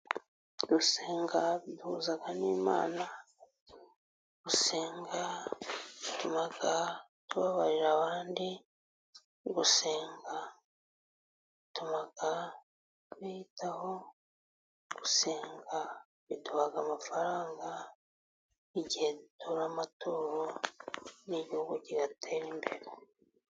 Gusenga bihuza n'Imana, gusenga bituma tubabarira abandi, gusenga bituma twiyitaho, gusenga biduha amafaranga igihe dutura amaturo n'igihugu kigatera imbere.